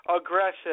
aggressive